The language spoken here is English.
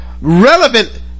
Relevant